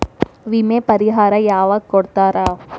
ವಿಮೆ ಪರಿಹಾರ ಯಾವಾಗ್ ಕೊಡ್ತಾರ?